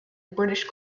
british